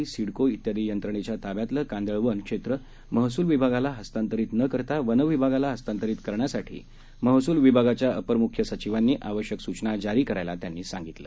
म्हाडा सिडकोइत्यादीयंत्रणेच्याताब्यातलंकांदळवनक्षेत्रमहसूलविभागालाहस्तांतरितनकरतावनविभा गालाहस्तांतरीतकरण्यासाठीमहसूलविभागाच्याअपरम्ख्यसचिवांनीआवश्यकसूचनाजारीकरा यलात्यानीसांगितलं